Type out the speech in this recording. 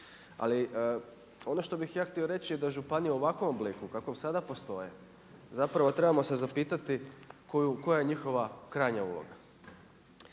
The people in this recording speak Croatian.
Ali ono što bih ja htio reći da županije u ovakvom obliku kakvom sada postoje zapravo trebamo se zapitati koja je njihova krajnja uloga.